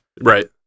Right